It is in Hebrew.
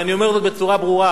ואני אומר זאת בצורה ברורה: